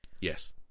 Yes